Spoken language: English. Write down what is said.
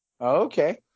Okay